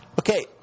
Okay